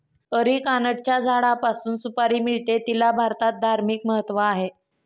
अरिकानटच्या झाडापासून सुपारी मिळते, तिला भारतात धार्मिक महत्त्व आहे